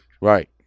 Right